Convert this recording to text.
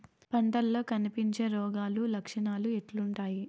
పంటల్లో కనిపించే రోగాలు లక్షణాలు ఎట్లుంటాయి?